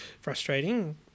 frustrating